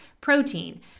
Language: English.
protein